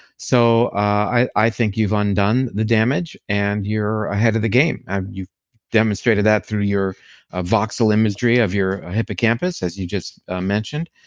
so i think you've undone the damage and you're ahead of the game you've demonstrated that through your ah voxel imagery of your hippocampus, as you just ah mentioned.